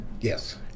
Yes